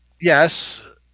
Yes